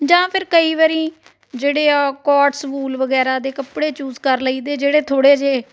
ਜਾਂ ਫਿਰ ਕਈ ਵਾਰੀ ਜਿਹੜੇ ਆ ਕੋਟਸ ਵੂਲ ਵਗੈਰਾ ਦੇ ਕੱਪੜੇ ਚੂਜ ਕਰ ਲਈਦੇ ਜਿਹੜੇ ਥੋੜ੍ਹੇ ਜਿਹੇ